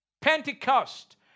Pentecost